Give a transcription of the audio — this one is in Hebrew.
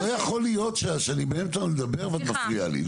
לא יכול להיות שאני באמצע לדבר ואת מפריעה לי.